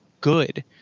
good